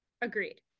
Agreed